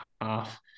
half